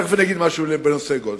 תיכף אגיד משהו בנושא גולדסטון.